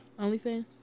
OnlyFans